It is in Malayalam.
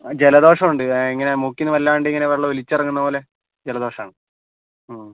ജലദോഷം ഉണ്ട് ഇങ്ങനെ മൂക്കിൽ നിന്ന് വല്ലാണ്ട് ഇങ്ങനെ ഒലിച്ചിറങ്ങുന്ന പോലെ ജലദോഷമുണ്ട് അ